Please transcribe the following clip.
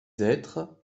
hêtres